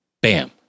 bam